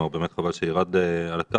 באמת חבל שהוא ירד מהקו.